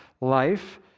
life